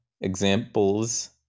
examples